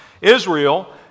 Israel